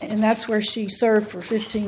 and that's where she served for fifteen